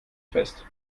fest